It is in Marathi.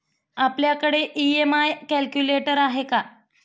आपल्याकडे ई.एम.आय कॅल्क्युलेटर आहे का?